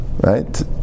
right